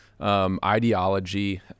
Ideology